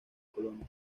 colonia